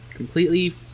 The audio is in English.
completely